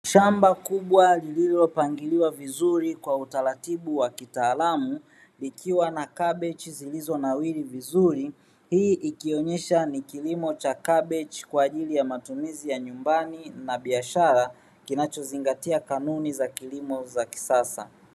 Shamba kubwa lililopangiliwa vizuri kwa utaratibu wa kitaalamu likiwa na kabechi zilizonawiri vizuri, hii ikionyesha ni kilimo cha kabechi kwa ajili ya matumizi ya nyumbani na biashara kinachozingatia kanuni za kilimo za kisasa.